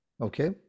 Okay